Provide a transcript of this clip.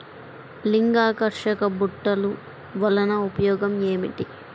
లింగాకర్షక బుట్టలు వలన ఉపయోగం ఏమిటి?